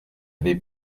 avait